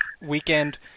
weekend